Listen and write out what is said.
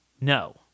No